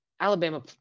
Alabama